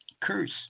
curse